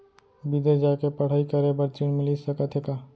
बिदेस जाके पढ़ई करे बर ऋण मिलिस सकत हे का?